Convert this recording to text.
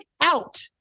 out